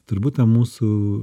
turbūt ta mūsų